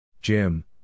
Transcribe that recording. Jim